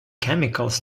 chemicals